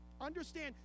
Understand